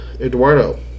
eduardo